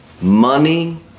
Money